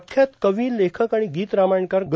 प्रख्यात कवी लेखक आणि गीत रामायणकार ग